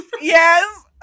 Yes